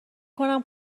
کنم